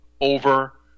over